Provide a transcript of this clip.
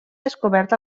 descobert